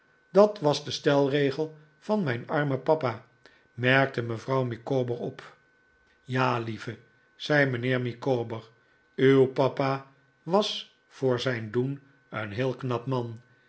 dat was de stelregel van mijn arrnen papa merkte mevrouw micawber op ja lieve zei mijnheer micawber uw papa was voor zijn doen een heel knap man